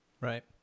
Right